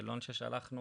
שאלון ששלחנו